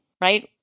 right